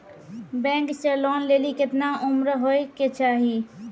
Bank से loan लेली केतना उम्र होय केचाही?